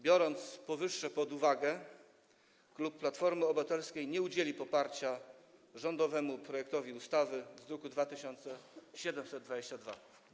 Biorąc powyższe pod uwagę, klub Platformy Obywatelskiej nie udzieli poparcia rządowemu projektowi ustawy z druku nr 2722.